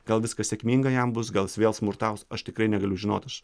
gal viskas sėkmingai jam bus gal jis vėl smurtaus aš tikrai negaliu žinot aš